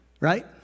right